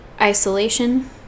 isolation